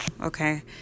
Okay